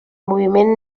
moviment